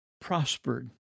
prospered